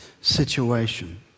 situation